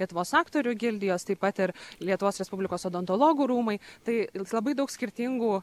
lietuvos aktorių gildijos taip pat ir lietuvos respublikos odontologų rūmai tai labai daug skirtingų